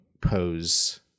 pose